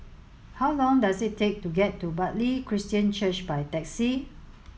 how long does it take to get to Bartley Christian Church by taxi